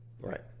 Right